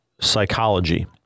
psychology